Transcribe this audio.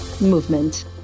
movement